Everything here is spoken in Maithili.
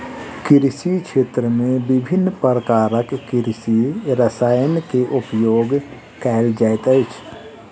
कृषि क्षेत्र में विभिन्न प्रकारक कृषि रसायन के उपयोग कयल जाइत अछि